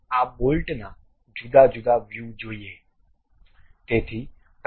ચાલો આપણે આ બોલ્ટના જુદા જુદા વ્યૂ જોઈએ